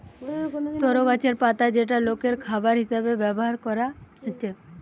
তরো গাছের পাতা যেটা লোকের খাবার হিসাবে ব্যভার কোরা হচ্ছে